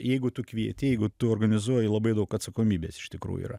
jeigu tu kvieti jeigu tu organizuoji labai daug atsakomybės iš tikrųjų yra